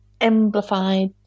amplified